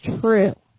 true